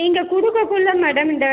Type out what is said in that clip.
நீங்கள் கொடுக்கக்குள்ள மேடம் இந்த